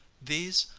these,